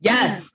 Yes